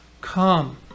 come